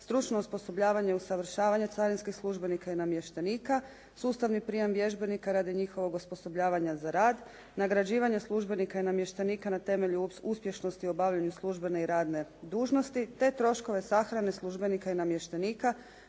stručno osposobljavanje i usavršavanje carinskih službenika i namještenika, sustavni prijam vježbenika radi njihovog osposobljavanja za rad, nagrađivanje službenika i namještenika na temelju uspješnosti u obavljanju službene i radne dužnosti te troškove sahrane službenika i namještenika